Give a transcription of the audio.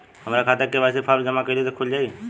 हमार खाता KYC form जमा कइले से खुल जाई?